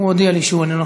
הוא הודיע לי שהוא איננו,